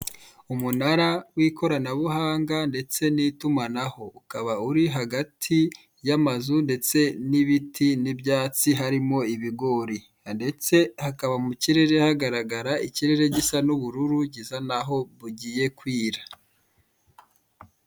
Umunara w'ikoranabuhanga ndetse n'itumanaho ukaba uri hagati y'amazu ndetse n'ibiti n'ibyatsi harimo ibigori ndetse hakaba mu kirere hagaragara ikirere gisa n'uburru gisa naho bugiye kwira.